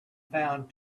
found